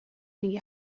mingi